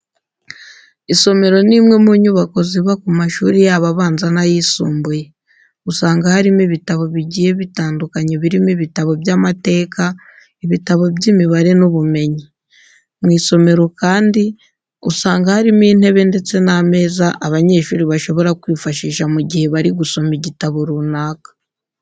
Isomero ni imwe mu nyubako ziba ku mashuri yaba abanza n'ayisumbuye. Usanga harimo ibitabo bigiye bitandukanye birimo ibitabo by'amateka, ibitabo by'imibare n'ubumenyi. Mu isomero kandi usanga harimo intebe ndetse n'ameza abanyeshuri bashobora kwifashisha mu gihe bari gusoma igitabo runaka.